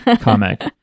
comic